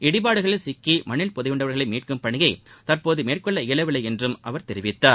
இடிபாடுகளில் சிக்கி மண்ணில் புதையுண்டவர்களை மீட்கும் பணியை தற்போது மேற்கொள்ள இயலவில்லை என்றும் அவர் தெரிவித்தாார்